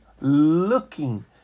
looking